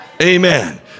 Amen